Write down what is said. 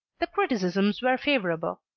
the criticisms were favorable.